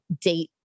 date